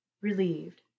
Relieved